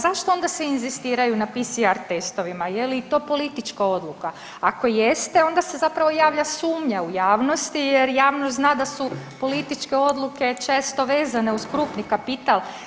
Zašto onda svi inzistiraju na PCR testovima, je li to politička odluka, ako jeste onda se zapravo javlja sumnja u javnosti jer javnost zna da su političke odluke često vezane uz krupni kapital.